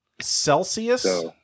celsius